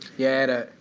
yeah,